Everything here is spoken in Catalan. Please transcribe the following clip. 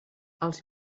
els